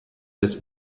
des